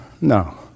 No